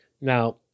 Now